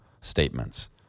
statements